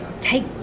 take